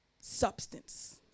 substance